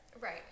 Right